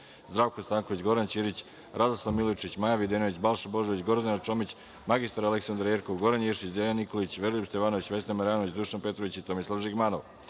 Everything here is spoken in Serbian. Zdravko Stanković, Goran Ćirić, Radoslav Milojičić, Maja Videnović, Balša Božović, Gordana Čomić, mr Aleksandra Jerkov, Goran Ješić, Dejan Nikolić, Veroljub Stevanović, Vesna Marjanović, Dušan Petrović i Tomislav Žigmanov. Primili